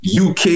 uk